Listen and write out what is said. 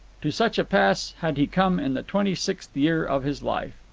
to such a pass had he come in the twenty-sixth year of his life.